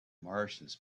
martians